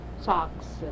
socks